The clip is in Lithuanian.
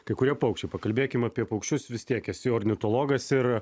kai kurie paukščiai pakalbėkim apie paukščius vis tiek esi ornitologas ir